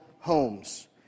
homes